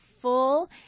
full